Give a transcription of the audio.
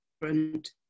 different